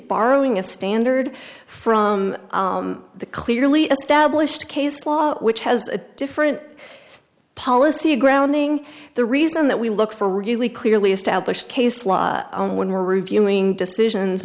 borrowing a standard from the clearly established case law which has a different policy grounding the reason that we look for really clearly established case law when we're reviewing decisions